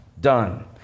done